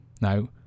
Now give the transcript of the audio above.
Now